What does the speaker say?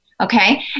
okay